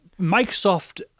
Microsoft